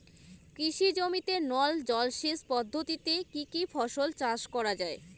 কৃষি জমিতে নল জলসেচ পদ্ধতিতে কী কী ফসল চাষ করা য়ায়?